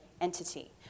entity